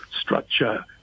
structure